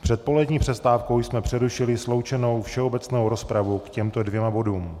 Před polední přestávkou jsme přerušili sloučenou všeobecnou rozpravu k těmto dvěma bodům.